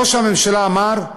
ראש הממשלה אמר,